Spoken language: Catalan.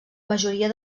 majoria